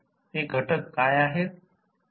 ते घटक काय आहेत